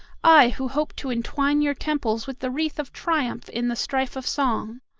i who hoped to entwine your temples with the wreath of triumph in the strife of song!